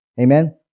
Amen